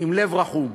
עם לב רחום,